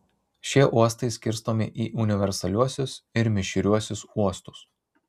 šie uostai skirstomi į universaliuosius ir mišriuosius uostus